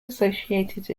associated